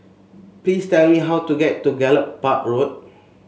please tell me how to get to Gallop Park Road